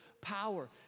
power